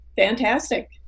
Fantastic